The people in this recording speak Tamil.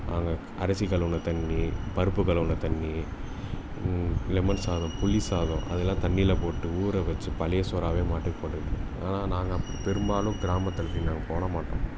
அவங்க அரிசி கழுவுன தண்ணி பருப்பு கழுவுன தண்ணி லெமன் சாதம் புளி சாதம் அதெல்லாம் தண்ணியில் போட்டு ஊற வைச்சு பழைய சோறாகவே மாட்டுக்கு போட்டுகிட்டு இருக்காங்க ஆனால் நாங்கள் பெரும்பாலும் கிராமத்தில் இப்படி நாங்கள் போட மாட்டோம்